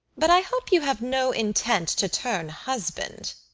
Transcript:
but i hope you have no intent to turn husband,